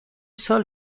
سال